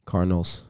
Cardinals